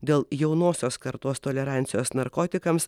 dėl jaunosios kartos tolerancijos narkotikams